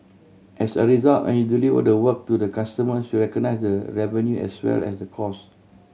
as a result when you deliver the work to the customers you recognise revenue as well as the cost